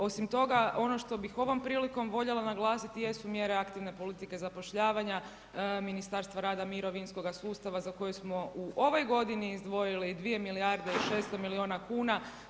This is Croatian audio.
Osim toga ono što bih ovom prilikom voljela naglasiti jesu mjere aktivne politike zapošljavanja Ministarstva rada, mirovinskoga sustava za koje smo u ovoj godini izdvojili 2 milijarde i 600 milijuna kuna.